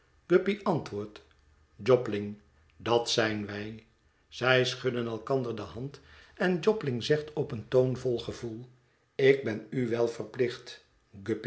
guppy antwoordt jobling dat zijn wij zij schudden elkander de hand en jobling zegt op een toon vol gevoel ik ben u wel verplicht